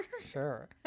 Sure